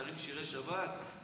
שרים שירי שבת.